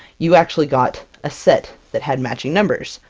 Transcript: you actually got a set that had matching numbers!